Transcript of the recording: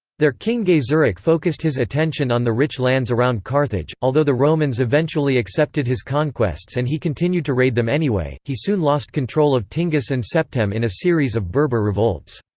their king gaiseric focused his attention on the rich lands around carthage although the romans eventually accepted his conquests and he continued to raid them anyway, he soon lost control of tingis and septem in a series of berber revolts.